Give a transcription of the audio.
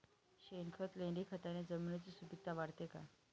शेणखत, लेंडीखताने जमिनीची सुपिकता वाढते का?